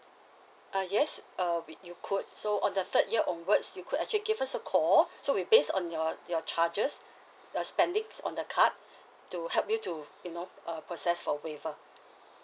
uh yes err we you could so on the third year onwards you could actually give us a call so we base on your your charges uh spendings on the card to help you to you know uh process for waiver